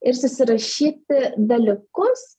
ir susirašyti dalykus